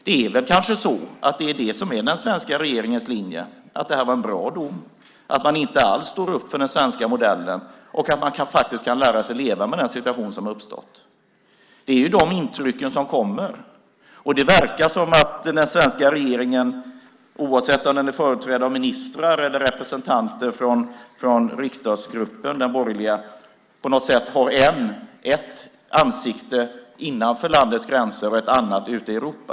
Det är väl kanske så att det är det som är den svenska regeringens linje, att det här var en bra dom, att man inte alls står upp för den svenska modellen och att man faktiskt kan lära sig att leva med den situation som har uppstått. Det är de intrycken som kommer. Det verkar som om den svenska regeringen, oavsett om den är företrädd av ministrar eller av representanter från den borgerliga riksdagsgruppen, på något sätt har ett ansikte innanför Sveriges gränser och ett annat ute i Europa.